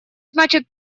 значит